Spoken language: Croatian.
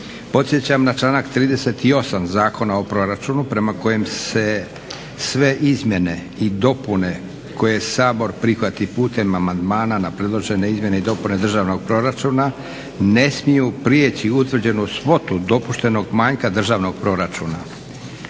Podsjećam na članak 38. Zakona o proračunu prema kojem se sve izmjene i dopune koje Sabor prihvati putem amandmana na predložene Izmjene i dopune državnog proračuna ne smiju preći utvrđenu svotu dopuštenog manjka državnog proračuna.